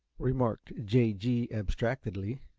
remarked j. g, abstractedly.